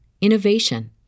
innovation